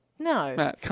No